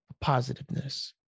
positiveness